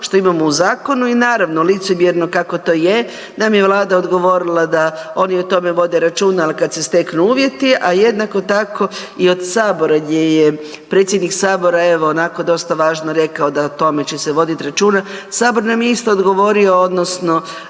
što imamo u zakonu i naravno licemjerno kako to je nam je Vlada odgovorila da oni o tome vode računa ali kad se steknu uvjeti, a jednako tako i od sabora gdje je predsjednik sabora evo onako dosta važno rekao da o tome će se voditi računa. Sabor nam je isto odgovorio odnosno